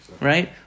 right